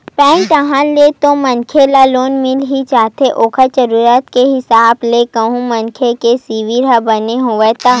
bank डाहर ले तो मनखे ल लोन मिल ही जाथे ओखर जरुरत के हिसाब ले कहूं मनखे के सिविल ह बने हवय ता